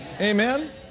Amen